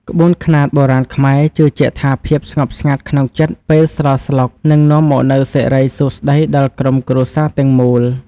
ក្បួនខ្នាតបុរាណខ្មែរជឿជាក់ថាភាពស្ងប់ស្ងាត់ក្នុងចិត្តពេលស្លស្លុកនឹងនាំមកនូវសិរីសួស្តីដល់ក្រុមគ្រួសារទាំងមូល។